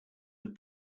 had